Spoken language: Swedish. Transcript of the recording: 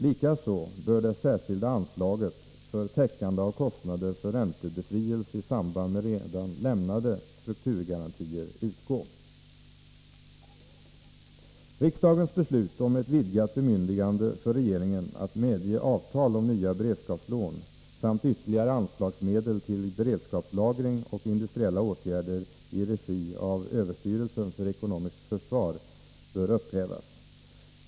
Likaså bör det särskilda anslaget för täckande av kostnader för räntebefrielse i samband med redan lämnade strukturgarantier utgå. Riksdagens beslut om ett vidgat bemyndigande för regeringen att medge avtal om nya beredskapslån samt ytterligare anslagsmedel till beredskapslagring och industriella åtgärder i regi av överstyrelsen för ekonomiskt försvar bör upphävas.